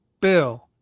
bill